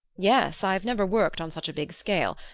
yes i've never worked on such a big scale.